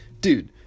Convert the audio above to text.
Dude